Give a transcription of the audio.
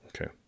Okay